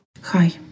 Hi